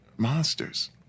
Monsters